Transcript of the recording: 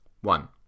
One